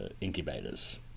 incubators